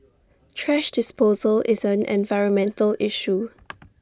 thrash disposal is an environmental issue